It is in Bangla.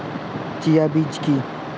চিয়া বীজ কী?